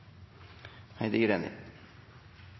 Heidi Greni,